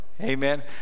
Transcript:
amen